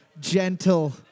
gentle